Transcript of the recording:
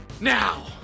now